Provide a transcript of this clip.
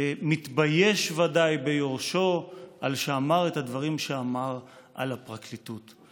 מתבייש ודאי ביורשו על שאמר את הדברים שאמר על הפרקליטות.